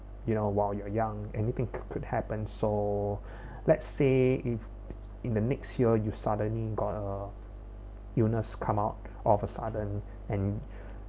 you know while you're young anything could happen so let's say if in the next year you suddenly got uh illness come out of a sudden and